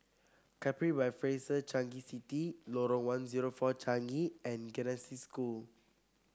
Capri by Fraser Changi City Lorong one zero four Changi and Genesis School